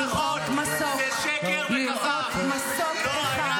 לראות מסוק, לראות מסוק -- זה שקר וכזב.